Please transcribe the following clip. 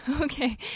Okay